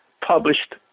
published